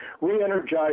re-energize